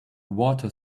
water